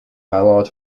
ballard